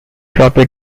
floppy